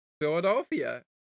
Philadelphia